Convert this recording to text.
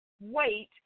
wait